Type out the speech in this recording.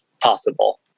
possible